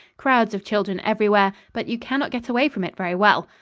crowds of children everywhere but you cannot get away from it very well.